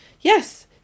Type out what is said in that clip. yes